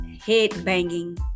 head-banging